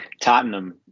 Tottenham